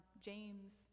James